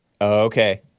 Okay